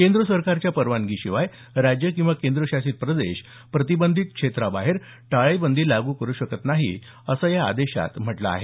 केंद्र सरकारच्या परवानगीशिवाय राज्य किंवा केंद्रशासित प्रदेश प्रतिबंधित क्षेत्राबाहेर टाळेबंदी लागू करु शकत नाही असं या आदेशात म्हटलं आहे